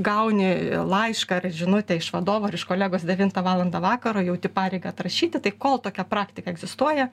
gauni laišką ar žinutę iš vadovo ar iš kolegos devintą valandą vakaro jauti pareigą atrašyti tai kol tokia praktika egzistuoja